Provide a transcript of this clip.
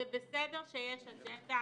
דרך-אגב, זה בסדר שיש אג'נדה.